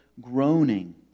groaning